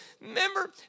Remember